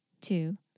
two